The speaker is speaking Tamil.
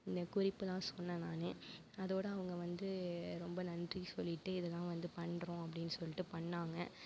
இந்த குறிப்புலாம் சொன்ன நானே அதோட அவங்க வந்து ரொம்ப நன்றி சொல்லிகிட்டே இதுதான் வந்து பண்ணுறோம் அப்படினு சொல்லிவிட்டு பண்ணாங்க